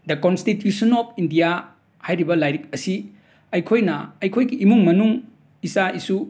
the constitution of India ꯍꯥꯏꯔꯤꯕ ꯂꯥꯏꯔꯤꯛ ꯑꯁꯤ ꯑꯩꯈꯣꯏꯅ ꯑꯩꯈꯣꯏꯒꯤ ꯏꯃꯨꯡ ꯃꯅꯨꯡ ꯏꯆꯥ ꯏꯁꯨ